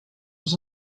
was